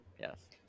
Yes